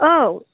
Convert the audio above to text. औ